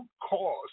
cause